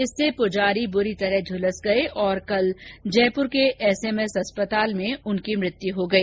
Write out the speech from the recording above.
इससे पुजारी बुरी तरह झुलस गये और कल जयपुर के अस्पताल में उनकी मृत्यु हो गई